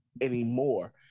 anymore